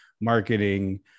marketing